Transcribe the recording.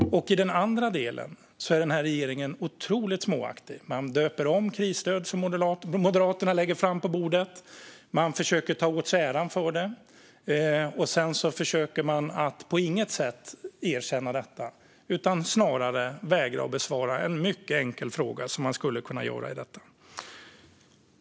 I den andra delen är denna regering otroligt småaktig. Man döper om krisstöd som Moderaterna lägger fram på bordet och försöker att ta åt sig äran för det. Sedan erkänner man på inget sätt detta utan vägrar snarare att besvara en mycket enkel fråga, vilket man skulle kunna göra i detta.